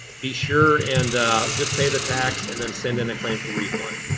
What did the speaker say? be sure and just pay the tax and then send in a claim for refund.